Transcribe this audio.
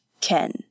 Ken